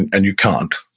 and and you can't.